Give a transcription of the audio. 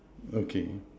okay